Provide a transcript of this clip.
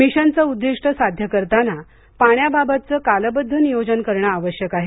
मिशनचं उद्दिष्ट साध्य करताना पाण्याबाबतचं कालबध्द नियोजन करणं आवश्यक आहे